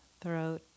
throat